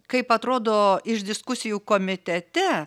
kaip atrodo iš diskusijų komitete